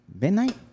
midnight